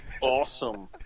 Awesome